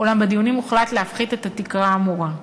אולם בדיונים הוחלט להפחית את התקרה האמורה.